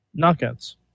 knockouts